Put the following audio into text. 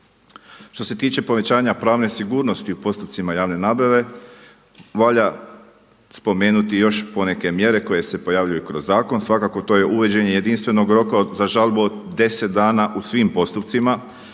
Što se tiče povećanja pravne sigurnosti u postupcima javne nabave, valja spomenuti još poneke mjere koje se pojavljuju kroz zakon, svakako to je uvođenje jedinstvenog roka za žalbu od deset dana u svim postupcima,